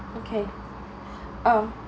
okay uh